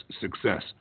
success